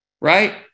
right